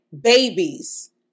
babies